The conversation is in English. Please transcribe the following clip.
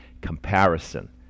comparison